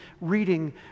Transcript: reading